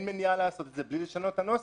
מניעה לעשות את זה בלי לשנות את הנוסח.